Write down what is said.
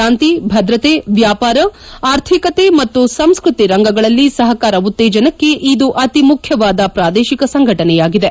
ಶಾಂತಿ ಭದ್ರತೆ ವ್ಯಾಪಾರ ಆರ್ಥಿಕತೆ ಮತ್ತು ಸಂಸ್ಕೃತಿ ರಂಗಗಳಲ್ಲಿ ಸಹಕಾರ ಉತ್ತೇಜನಕ್ಕೆ ಇದು ಅತಿ ಮುಖ್ಯವಾದ ಪ್ರಾದೇತಿಕ ಸಂಘಟನೆಯಾಗಿದೆ